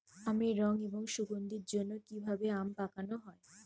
আমের রং এবং সুগন্ধির জন্য কি ভাবে আম পাকানো হয়?